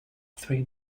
three